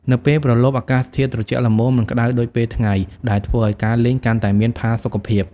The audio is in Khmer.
នៅពេលព្រលប់ អាកាសធាតុត្រជាក់ល្មម មិនក្តៅដូចពេលថ្ងៃ ដែលធ្វើឱ្យការលេងកាន់តែមានផាសុកភាព ។